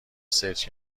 سرچ